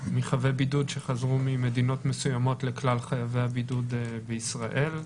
מחבי בידוד שחזרו ממדינות מסוימות לכלל חייבי הבידוד בישראל,